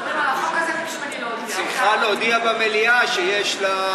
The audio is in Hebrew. כשמדברים על החוק הזה,